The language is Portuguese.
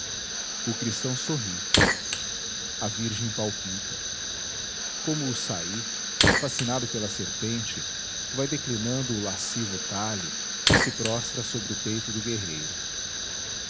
o cristão sorri a virgem palpita como o saí fascinado pela serpente vai declinando o lascivo talhe que se prostra sobre o peito do guerreiro